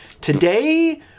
Today